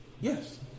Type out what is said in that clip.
Yes